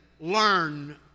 learn